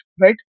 right